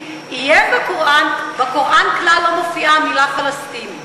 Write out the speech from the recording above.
מזכיר, בקוראן לא מופיעה המילה "פלסטיני".